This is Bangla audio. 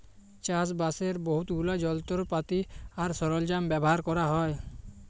চাষবাসের বহুত গুলা যলত্রপাতি আর সরল্জাম ব্যাভার ক্যরা হ্যয়